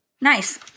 Nice